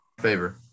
favor